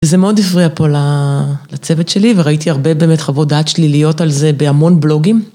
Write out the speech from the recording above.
זה מאוד הפריע פה לצוות שלי וראיתי הרבה באמת חוות דעת שליליות על זה בהמון בלוגים.